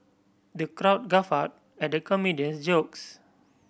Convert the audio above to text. the crowd guffawed at the comedian's jokes